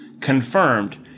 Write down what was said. confirmed